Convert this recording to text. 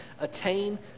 attain